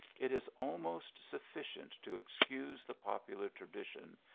it is almost sufficient to excuse the popular tradition,